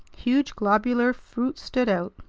huge globular fruit stood out,